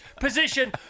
position